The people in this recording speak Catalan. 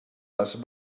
les